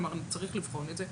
אם צריך לבחון את זה,